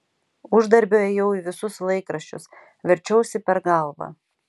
uždarbio ėjau į visus laikraščius verčiausi per galvą